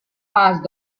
passed